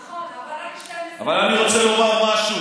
נכון, אבל רק, אבל אני רוצה לומר משהו,